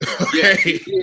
Okay